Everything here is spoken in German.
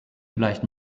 vielleicht